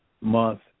Month